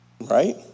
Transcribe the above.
Right